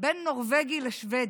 בין נורבגי לשבדי.